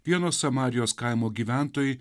vieno samarijos kaimo gyventojai